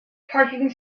parking